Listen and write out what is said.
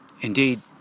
indeed